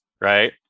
right